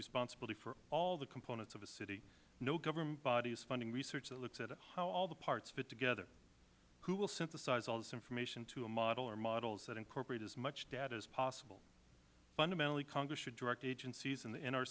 responsibility for all the components of a city no government body is funding research that looks at how all the parts fit together who will synthesize all this information to a model or models that incorporate as much data as possible fundamentally congress should direct agencies and the